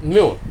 没有